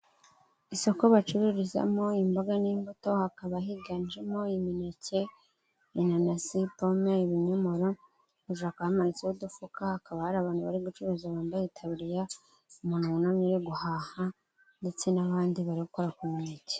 isoko bacururizamo imboga n'imbuto, hakaba higanjemo imineke, inanasi, pome, ibinyomoro hejuru hakaba hamanitaseho udufuka, hakaba hari abantu bari gucuruza bambaye itaburiya umuntu wunamye ari guhaha ndetse n'abandi bari guhaha imineke.